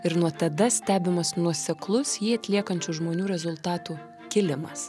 ir nuo tada stebimas nuoseklus jį atliekančių žmonių rezultatų kilimas